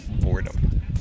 boredom